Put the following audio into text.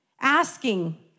asking